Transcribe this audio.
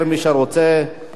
כבוד השר נאמן.